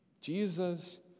Jesus